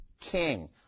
king